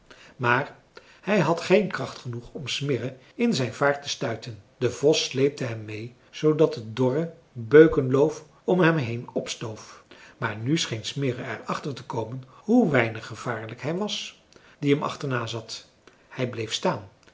maar hij had geen kracht genoeg om smirre in zijn vaart te stuiten de vos sleepte hem meê zoodat het dorre beukenloof om hem heen opstoof maar nu scheen smirre er achter te komen hoe weinig gevaarlijk hij was die hem achterna zat hij bleef staan